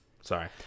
Sorry